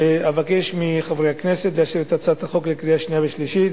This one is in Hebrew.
ואבקש מחברי הכנסת לאשר את הצעת החוק בקריאה השנייה ובקריאה השלישית.